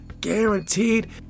Guaranteed